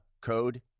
code